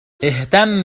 اهتم